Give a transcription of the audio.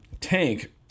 tank